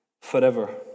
forever